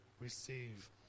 receive